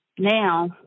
Now